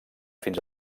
fins